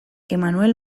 emmanuel